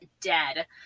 dead